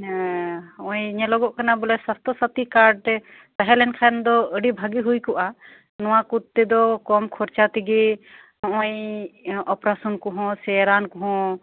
ᱱᱚᱜᱚᱭ ᱧᱮᱞᱚᱜᱚᱜ ᱠᱟᱱᱟ ᱵᱚᱞᱮ ᱥᱟᱥᱛᱷᱚᱥᱟᱛᱷ ᱠᱟᱨᱰ ᱛᱟᱸᱦᱮ ᱞᱮᱱ ᱠᱷᱟᱱ ᱫᱚ ᱟᱹᱰᱤ ᱵᱷᱟᱜᱤ ᱦᱩᱭ ᱠᱚᱜᱼᱟᱱ ᱱᱚᱣᱟ ᱠᱚᱴᱮᱫᱚ ᱠᱚᱢ ᱠᱷᱚᱨᱪᱟ ᱛᱮᱜᱮ ᱱᱚᱜᱚᱭ ᱳᱯᱟᱨᱮᱥᱚᱱ ᱠᱚᱦᱚᱸᱥᱮ ᱨᱟᱱ ᱠᱚᱦᱚᱸ